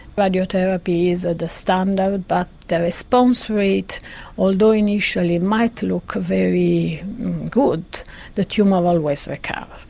radiotherapy is ah the standard but the response rate although initially might look very good the tumour always recurs.